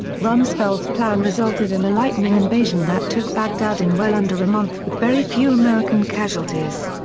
rumsfeld's plan resulted in a lightning invasion that took baghdad in well under a month with very few american casualties.